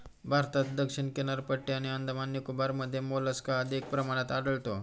भारतात दक्षिण किनारपट्टी आणि अंदमान निकोबारमध्ये मोलस्का अधिक प्रमाणात आढळतो